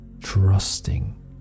trusting